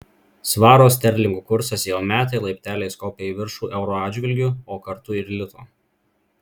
svaro sterlingų kursas jau metai laipteliais kopia į viršų euro atžvilgiu o kartu ir lito